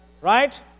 Right